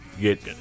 get